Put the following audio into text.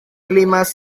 climas